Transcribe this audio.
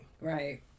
Right